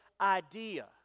idea